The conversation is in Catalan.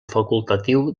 facultatiu